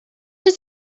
does